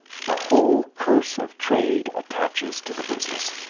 the whole curse of trade attaches to the business.